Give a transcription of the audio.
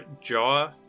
jaw